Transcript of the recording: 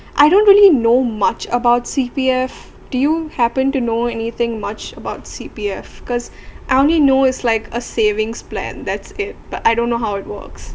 I don't really know much about C_P_F do you happen to know anything much about C_P_F cause I only know is like a savings plan that's it but I don't know how it works